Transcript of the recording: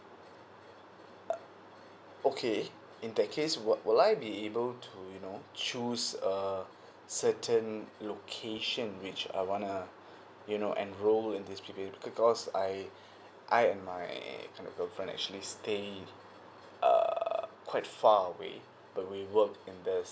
uh okay in that case will will I be able to you know choose err certain location which I wanna you know enroll in this P_P_H_S because I I and my kind of girlfriend actually stay err quite far away but we work in the